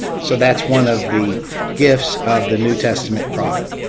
so that's one of the gifts of the new testament prophet.